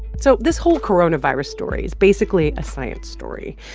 so this whole coronavirus story is basically a science story,